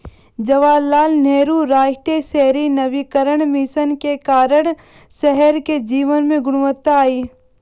जवाहरलाल नेहरू राष्ट्रीय शहरी नवीकरण मिशन के कारण शहर के जीवन में गुणवत्ता आई